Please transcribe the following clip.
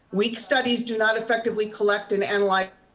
weak studies do not effectively collect and analyze